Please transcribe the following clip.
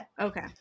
Okay